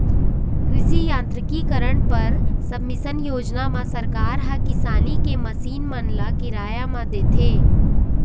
कृषि यांत्रिकीकरन पर सबमिसन योजना म सरकार ह किसानी के मसीन मन ल किराया म देथे